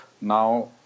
Now